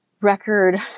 record